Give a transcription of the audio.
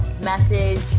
message